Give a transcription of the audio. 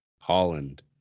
Holland